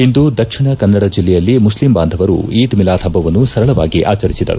ಇಂದು ದಕ್ಷಿಣ ಕನ್ನಡ ಜಿಲ್ಲೆಯಲ್ಲಿ ಮುಸ್ಲಿಂ ಬಾಂಧವರು ಈದ್ ಮಿಲಾದ್ ಹಬ್ಲವನ್ನು ಸರಳವಾಗಿ ಆಚರಿಸಿದರು